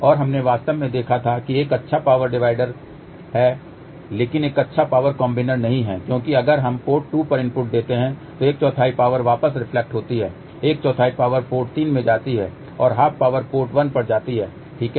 और हमने वास्तव में देखा था कि यह एक अच्छा पावर डिवाइडर है लेकिन एक अच्छा पावर कॉम्बिनर नहीं है क्योंकि अगर हम पोर्ट 2 पर इनपुट देते हैं तो एक चौथाई पावर वापस रिफ्लेक्ट होती है एक चौथाई पावर पोर्ट 3 में जाती है और ½ पॉवर पोर्ट 1 पर जाती है ठीक है